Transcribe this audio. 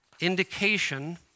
indication